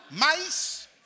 mice